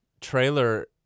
trailer